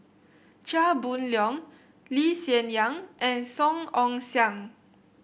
Chia Boon Leong Lee Hsien Yang and Song Ong Siang